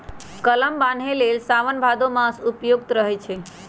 कलम बान्हे लेल साओन भादो मास उपयुक्त रहै छै